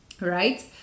Right